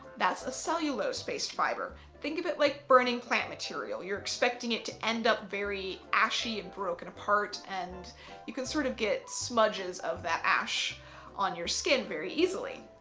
that's a cellulose-based fibre. think of it like burning plant material. you're expecting it to end up very ashy and broken apart and you can sort of get smudges of that ash on your skin very easily.